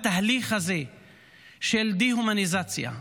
התהליך הזה של דה-הומניזציה,